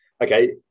Okay